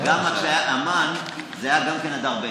גם כשהיה המן, זה היה גם כן אדר ב'.